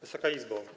Wysoka Izbo!